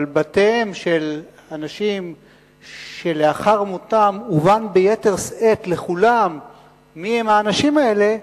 אבל בתיהם של אנשים שלאחר מותם הובן ביתר שאת לכולם מיהם האנשים האלה,